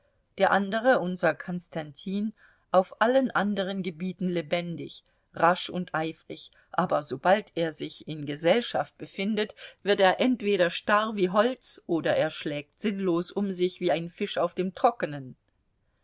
der andere unser konstantin auf allen anderen gebieten lebendig rasch und eifrig aber sobald er sich in gesellschaft befindet wird er entweder starr wie holz oder er schlägt sinnlos um sich wie ein fisch auf dem trockenen